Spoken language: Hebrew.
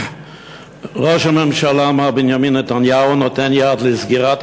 ראש הממשלה מר בנימין נתניהו נותן יד לסגירת